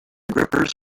grippers